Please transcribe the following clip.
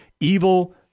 Evil